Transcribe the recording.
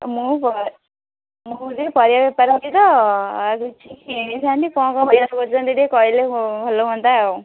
ମୁଁ ମୁଁ ଟିକେ ପରିବା ବେପାର ହେବି ତ ଆଉ କିଛି କିଣିଥାନ୍ତି କ'ଣ କ'ଣ ପରିବା ସବୁ ଅଛି ଟିକେ କହିଲେ ଭଲ ହୁଅନ୍ତା ଆଉ